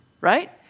right